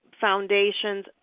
foundations